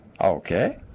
Okay